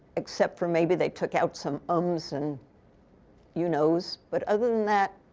except for maybe, they took out some ums and you knows. but other than that,